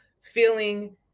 feeling